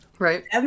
Right